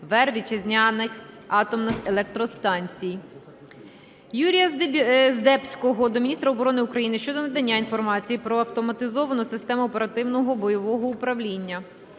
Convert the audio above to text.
ВВЕР вітчизняних атомних електростанцій". Юрія Здебського до міністра оборони України щодо надання інформації про автоматизовану систему оперативного (бойового) управління.